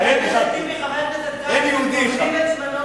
אין יהודי אחד.